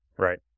Right